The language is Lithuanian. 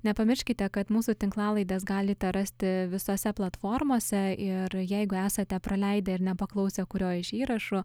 nepamirškite kad mūsų tinklalaides galite rasti visose platformose ir jeigu esate praleidę ir nepaklausę kurio iš įrašų